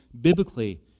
biblically